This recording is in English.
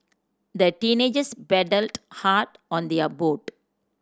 the teenagers paddled hard on their boat